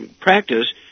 practice